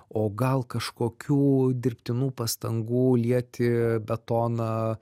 o gal kažkokių dirbtinų pastangų lieti betoną